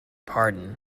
pardon